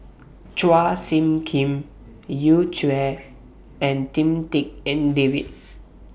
Chua Soo Khim Yu Zhuye and Lim Tik En David